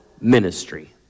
ministry